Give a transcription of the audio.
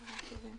בבקשה.